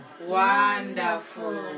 Wonderful